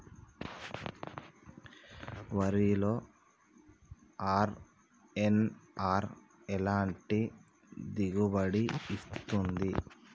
వరిలో అర్.ఎన్.ఆర్ ఎలాంటి దిగుబడి ఇస్తుంది?